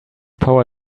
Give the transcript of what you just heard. power